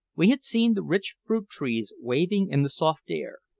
we had seen the rich fruit-trees waving in the soft air,